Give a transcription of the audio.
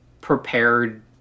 prepared